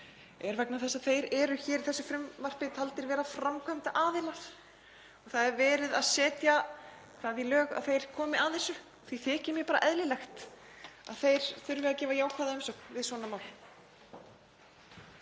er vegna þess að læknar eru í þessu frumvarpi taldir vera framkvæmdaraðilar. Það er verið að setja það í lög að þeir komi að þessu. Því þykir mér eðlilegt að þeir þurfi að gefa jákvæða umsögn við svona mál.